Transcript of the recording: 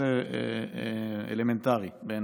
זה אלמנטרי בעיניי.